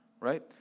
right